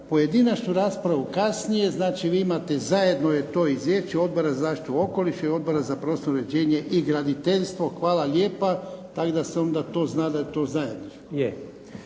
pojedinačnu raspravu kasnije. Znači, vi imate zajedno je to izvješće Odbora za zaštitu okoliša i Odbora za prostorno uređenje i graditeljstvo. Hvala lijepa. Tako da se onda to zna da je to zajedničko.